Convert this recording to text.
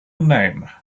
name